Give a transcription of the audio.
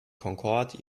concorde